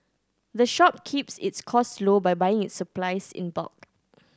the shop keeps its cost low by buying its supplies in bulk